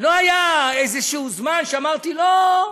לא היה איזשהו זמן שאמרתי: לא,